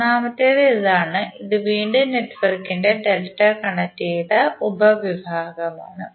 മൂന്നാമത്തേത് ഇതാണ് ഇത് വീണ്ടും നെറ്റ്വർക്കിന്റെ ഡെൽറ്റ കണക്റ്റുചെയ്ത ഉപവിഭാഗമാണ്